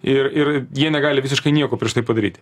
ir ir jie negali visiškai nieko prieš tai padaryti